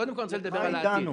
קודם כול, אני רוצה לדבר על העתיד.